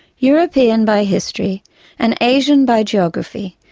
european by history and asian by geography,